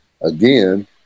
again